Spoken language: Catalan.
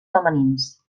femenins